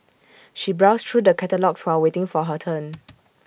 she browsed through the catalogues while waiting for her turn